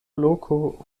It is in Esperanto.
loko